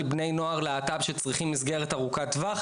על בני נוער להט"ב שצריכים מסגרת ארוכת טווח,